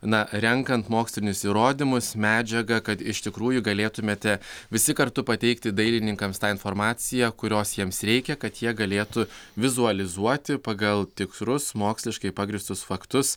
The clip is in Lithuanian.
na renkant mokslinius įrodymus medžiagą kad iš tikrųjų galėtumėte visi kartu pateikti dailininkams tą informaciją kurios jiems reikia kad jie galėtų vizualizuoti pagal tikrus moksliškai pagrįstus faktus